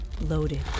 loaded